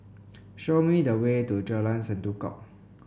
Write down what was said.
show me the way to Jalan Sendudok